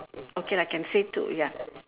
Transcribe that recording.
okay lah can say two ya